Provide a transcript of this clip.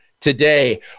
Today